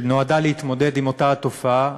שנועדה להתמודד עם אותה התופעה,